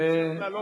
ארבע דקות.